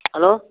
hello